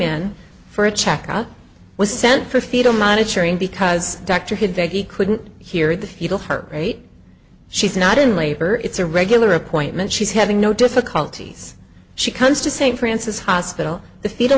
in for a check up was sent for fetal monitoring because dr had that he couldn't hear the fuel her rate she's not in labor it's a regular appointment she's having no difficulties she comes to st francis hospital the feeder